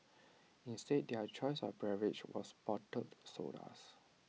instead their choice of beverage was bottled sodas